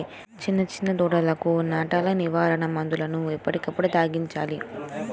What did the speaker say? చిన్న చిన్న దూడలకు నట్టల నివారణ మందులను ఎప్పటికప్పుడు త్రాగించాలి